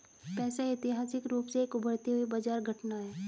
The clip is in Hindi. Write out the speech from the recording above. पैसा ऐतिहासिक रूप से एक उभरती हुई बाजार घटना है